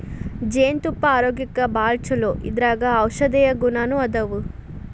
ಜೇನತುಪ್ಪಾ ಆರೋಗ್ಯಕ್ಕ ಭಾಳ ಚುಲೊ ಇದರಾಗ ಔಷದೇಯ ಗುಣಾನು ಅದಾವ